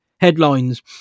headlines